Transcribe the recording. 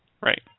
Right